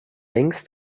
links